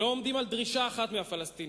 לא עומדים על דרישה אחת מהפלסטינים.